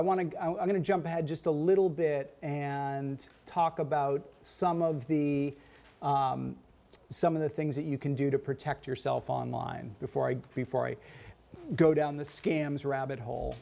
i want to going to jump ahead just a little bit and talk about some of the some of the things that you can do to protect yourself online before i before e go down the scams rabbit hole